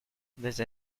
desde